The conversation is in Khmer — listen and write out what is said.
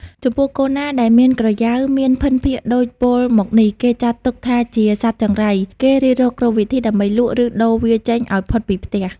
ចំពោះ គោណាដែលមានក្រយៅមានភិនភាគដូចពោលមកនេះ គេចាត់ទុកថាជាសត្វចង្រៃ គេរិះរកគ្រប់វិធីដើម្បីលក់ ឬដូរវាចេញឱ្យផុតពីផ្ទះ។